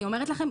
אני אומרת לכם,